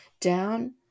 down